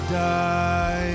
die